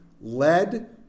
led